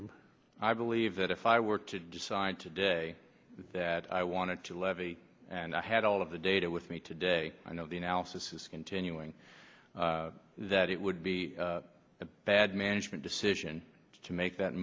them i believe that if i were to decide today that i wanted to levy and i had all of the data with me today i know the analysis is continuing that it would be a bad management decision to make that